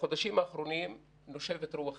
בחודשים האחרונים נושבת רוח חדשה.